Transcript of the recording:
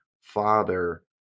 father